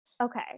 okay